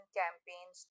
campaigns